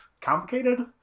complicated